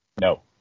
No